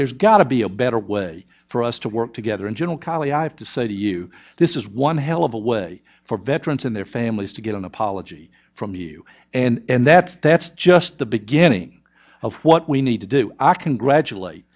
there's got to be a better way for us to work together in general kali i have to say to you this is one hell of a way for veterans and their families to get an apology from you and that's that's just the beginning of what we need to do i congratulate